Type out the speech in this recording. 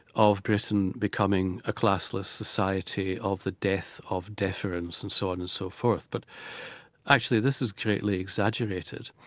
of britain becoming a classless society, of the death of deference and so on and so forth. but actually this is greatly exaggerated.